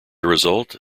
result